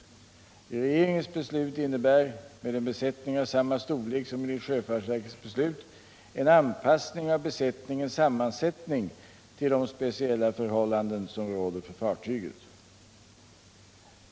Regeringens beslut innebär — med en besättning av samma storlek som enligt sjöfartsverkets beslut — en anpassning av besättningens sammansättning till de speciella förhållanden som råder för fartyget.